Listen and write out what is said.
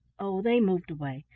oh, they moved away.